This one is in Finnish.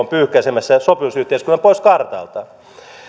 pyyhkäisemässä sopimusyhteiskunnan pois kartalta